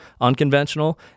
unconventional